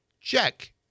check